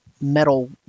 metal